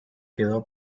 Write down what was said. quedó